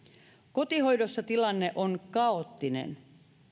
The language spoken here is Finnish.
kotihoidossa tilanne on kaoottinen